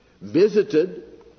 visited